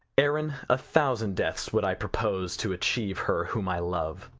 aaron, a thousand deaths would i propose to achieve her whom i love.